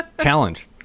Challenge